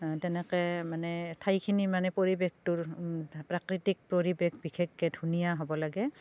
তেনেকৈ মানে ঠাইখিনি মানে পৰিৱেশটোৰ প্ৰাকৃতিক পৰিৱেশ বিশেষকৈ ধুনীয়া হ'ব লাগে